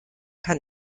kann